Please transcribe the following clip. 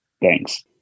Thanks